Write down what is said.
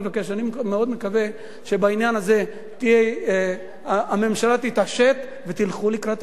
אני מאוד מקווה שבעניין הזה הממשלה תתעשת ותלכו לקראת העניין הזה.